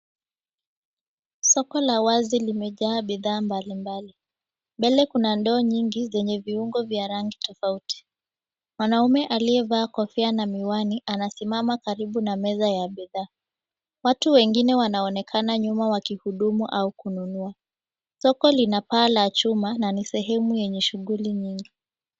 Soko la wazi limejaa bidhaa mbalimbali. Mbele kuna ndoo nyingi zenye viungo vya rangi tofauti tofauti. Mwanaume aliyevaa kofia na miwani anasimama karibu na meza ya bidhaa. Watu wengine wanaonekana nyuma wakihudumu au kununua. Soko lina paa la chuma, na ni sehemu lenye shughuli nyingi.